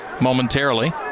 momentarily